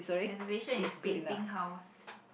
the renovation is painting house